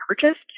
purchased